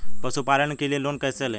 पशुपालन के लिए लोन कैसे लें?